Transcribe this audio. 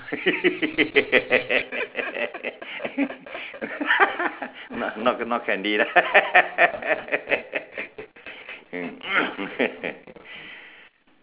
no not candy right